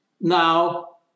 Now